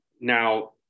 Now